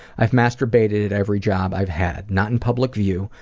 i've masturbated at every job i've had, not in public view.